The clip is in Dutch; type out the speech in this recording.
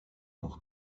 nog